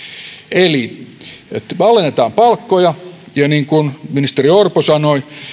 eli alennetaan palkkoja niin kuin ministeri orpo sanoi